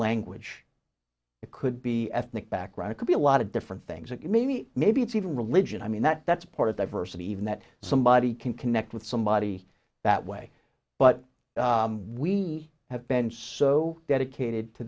language it could be ethnic background it could be a lot of different things and maybe maybe it's even religion i mean that that's part of diversity even that somebody can connect with somebody that way but we have been so dedicated to